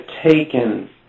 taken